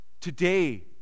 Today